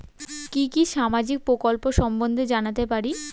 কি কি সামাজিক প্রকল্প সম্বন্ধে জানাতে পারি?